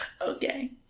Okay